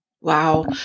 Wow